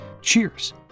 Cheers